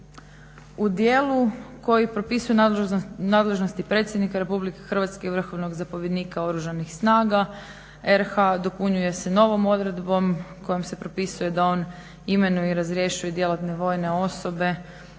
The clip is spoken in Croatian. U dijelu koji propisuje nadležnosti predsjednika Republike Hrvatske i vrhovnog zapovjednika Oružanih snaga RH dopunjuje se novom odredbom kojom se propisuje da on imenuje i razrješuje djelatne vojne osobe